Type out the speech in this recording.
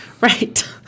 Right